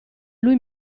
lui